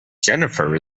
jennifer